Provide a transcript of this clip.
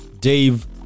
Dave